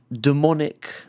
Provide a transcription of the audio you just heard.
demonic